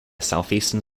southeastern